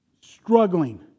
struggling